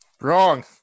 Wrong